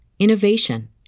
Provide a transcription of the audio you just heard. Innovation